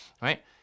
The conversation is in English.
right